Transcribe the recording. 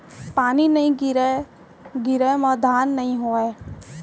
पानी नइ गिरय म धान नइ होवय